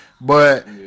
but-